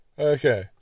Okay